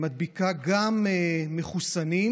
שמדביקה גם מחוסנים,